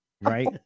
Right